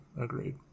agreed